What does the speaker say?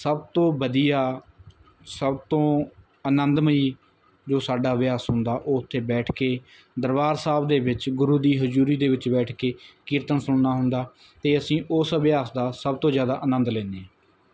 ਸਭ ਤੋਂ ਵਧੀਆ ਸਭ ਤੋਂ ਅਨੰਦਮਈ ਜੋ ਸਾਡਾ ਅਭਿਆਸ ਹੁੰਦਾ ਉਹ ਉੱਥੇ ਬੈਠ ਕੇ ਦਰਬਾਰ ਸਾਹਿਬ ਦੇ ਵਿੱਚ ਗੁਰੂ ਦੀ ਹਜ਼ੂਰੀ ਦੇ ਵਿੱਚ ਬੈਠ ਕੇ ਕੀਰਤਨ ਸੁਣਨਾ ਹੁੰਦਾ ਅਤੇ ਅਸੀਂ ਉਸ ਅਭਿਆਸ ਦਾ ਸਭ ਤੋਂ ਜ਼ਿਆਦਾ ਆਨੰਦ ਲੈਂਦੇ ਹਾਂ